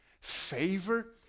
favor